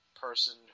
person